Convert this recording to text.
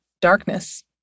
darkness